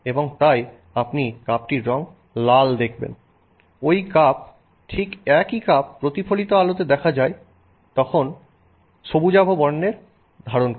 এবং তাই আপনি কাপটির রং লাল দেখবেন ওই কাপ ঠিক একই কাপ যখন প্রতিফলিত আলোতে দেখা হয় তখন সবুজাভ রং ধারণ করে